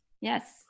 Yes